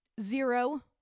zero